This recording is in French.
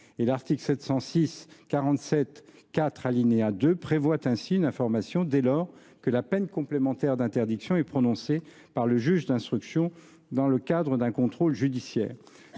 l’article 706 47 4 prévoit ainsi une information dès lors que la peine complémentaire d’interdiction est prononcée par le juge d’instruction dans le cadre d’un contrôle judiciaire.